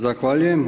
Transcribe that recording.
Zahvaljujem.